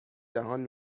جهان